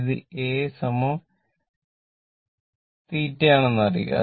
ഇത് A തീറ്റയാണെന്ന് അറിയുക